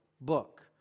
book